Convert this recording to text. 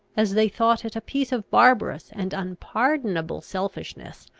as they thought it a piece of barbarous and unpardonable selfishness,